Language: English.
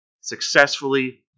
successfully